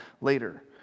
later